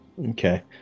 okay